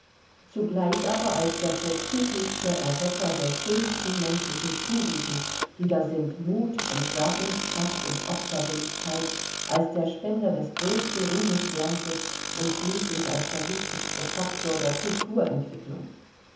zugleich aber als der vorzüglichste erwecker der schönsten menschlichen tugenden die da sind mut entsagungskraft und opferwilligkeit als der spender des größten ruhmesglanzes und schließlich als der wichtigste faktor der